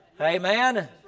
Amen